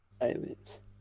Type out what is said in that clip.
Aliens